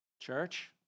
Church